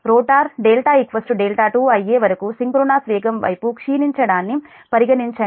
rotor δ δ2 అయ్యే వరకు synchronous వేగం వైపు క్షీణించడాన్ని పరిగణించండి